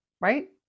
right